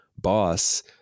boss